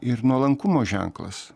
ir nuolankumo ženklas